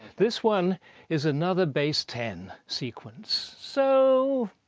this one is another base ten sequence. so.